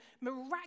miraculous